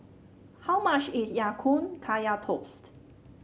how much is Ya Kun Kaya Toast